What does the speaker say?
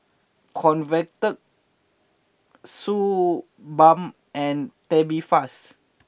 Convatec Suu Balm and Tubifast